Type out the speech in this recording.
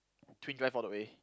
twin drive all the way